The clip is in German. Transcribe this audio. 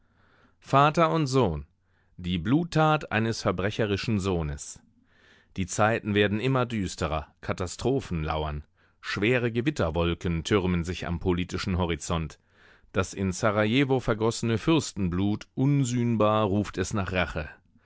vater und sohn die bluttat eines verbrecherischen sohnes die zeiten werden immer düsterer katastrophen lauern schwere gewitterwolken türmen sich am politischen horizont das in serajewo vergossene fürstenblut unsühnbar ruft es nach rache